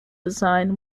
design